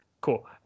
Cool